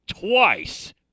twice